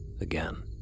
Again